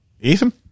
Ethan